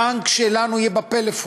הבנק שלנו יהיה בפלאפון.